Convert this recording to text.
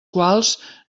quals